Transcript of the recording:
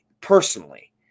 personally